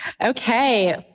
Okay